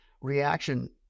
reaction